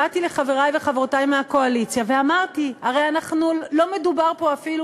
באתי לחברי וחברותי מהקואליציה ואמרתי: הרי לא מדובר פה אפילו